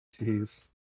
Jeez